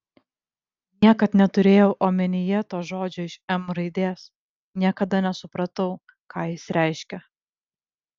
niekad neturėjau omenyje to žodžio iš m raidės niekada nesupratau ką jis reiškia